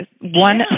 One